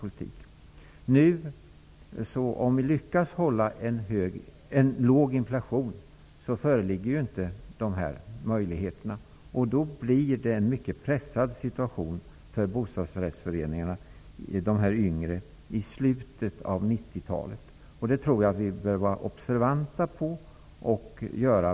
Om vi nu lyckas hålla inflationen nere föreligger inte sådana möjligheter. Situationen för de nya bostadsrättsföreningarna kommer i slutet av 1990-talet att bli mycket pressad. Det bör vi vara observanta på.